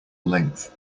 length